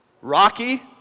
Rocky